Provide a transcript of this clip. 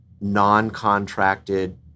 non-contracted